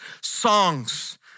songs